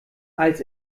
als